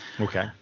Okay